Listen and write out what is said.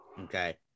Okay